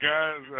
Guys